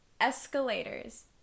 Escalators